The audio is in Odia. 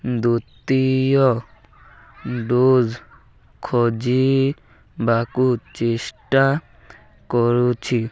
ଦ୍ୱିତୀୟ ଡୋଜ୍ ଖୋଜିବାକୁ ଚେଷ୍ଟା କରୁଛି